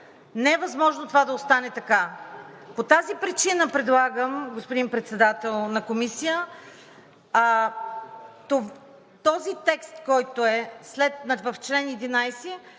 не е възможно това да остане така. По тази причина предлагам, господин Председател на Комисия, този текст, който е в чл. 11,